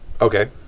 Okay